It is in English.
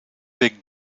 big